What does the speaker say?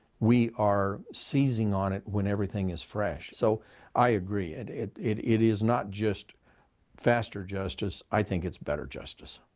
we are seizing on it when everything is fresh. so i agree. and it it is not just faster justice. i think it's better justice.